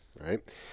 Right